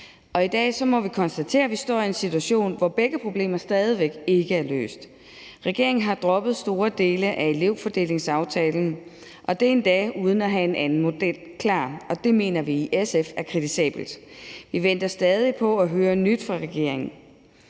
I dag må vi konstatere, at vi står i en situation, hvor begge problemer stadig væk ikke er løst. Regeringen har droppet store dele af elevfordelingsaftalen, og det er endda uden at have en anden model klar, og det mener vi i SF er kritisabelt. Vi venter stadig på at høre nyt fra regeringen.